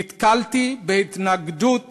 נתקלתי בהתנגדות